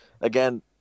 again